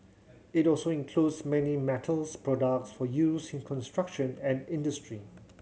it also includes many metals products for use in construction and industry